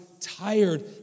tired